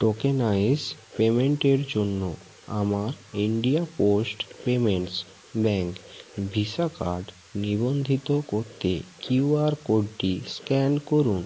tokenised পেমেন্টের জন্য আমার India post payments bank Visa card নিবন্ধিত করতে কিউআর কোডটি স্ক্যান করুন